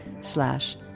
slash